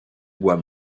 bois